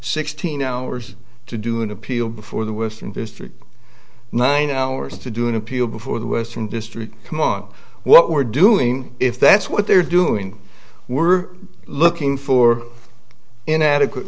sixteen hours to do an appeal before the western district nine hours to do an appeal before the western district among what we're doing if that's what they're doing we're looking for inadequate